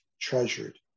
treasured